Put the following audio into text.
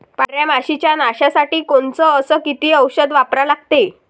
पांढऱ्या माशी च्या नाशा साठी कोनचं अस किती औषध वापरा लागते?